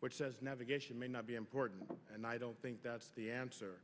which says navigation may not be important and i don't think that's the answer